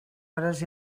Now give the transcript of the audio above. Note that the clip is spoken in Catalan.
hores